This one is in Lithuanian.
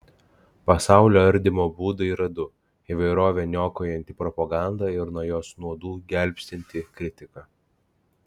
pasaulio ardymo būdai yra du įvairovę niokojanti propaganda ir nuo jos nuodų gelbstinti kritika